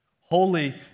holy